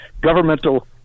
governmental